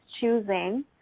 choosing